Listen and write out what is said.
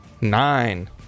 Nine